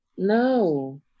No